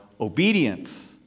obedience